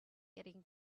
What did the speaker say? getting